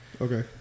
okay